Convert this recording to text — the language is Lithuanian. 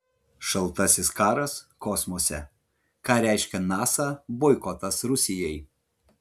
šaltasis karas kosmose ką reiškia nasa boikotas rusijai